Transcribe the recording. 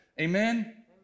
Amen